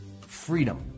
freedom